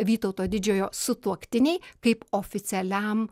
vytauto didžiojo sutuoktinei kaip oficialiam